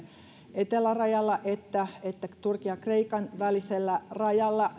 etelärajalla että turkin ja kreikan välisellä rajalla